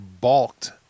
balked